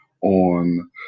on